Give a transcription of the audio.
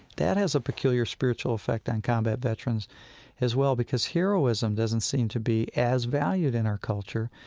that has a peculiar spiritual effect on combat veterans as well because heroism doesn't seem to be as valued in our culture,